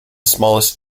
smallest